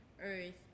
earth